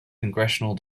congressional